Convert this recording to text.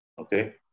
okay